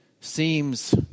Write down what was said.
seems